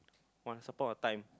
Once Upon a Time